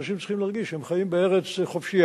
אנשים צריכים להרגיש שהם חיים בארץ חופשייה.